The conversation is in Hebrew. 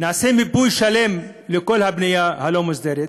נעשה מיפוי שלם לכל הבנייה הלא-מוסדרת.